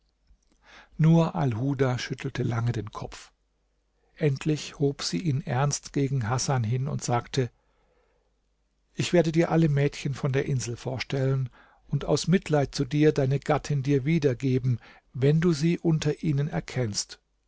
nur alhuda schüttelte lange den kopf endlich hob sie ihn ernst gegen hasan hin und sagte ich werde dir alle mädchen von der insel vorstellen und aus mitleid zu dir deine gattin dir wiedergeben wenn du sie unter ihnen erkennst